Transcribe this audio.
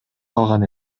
калган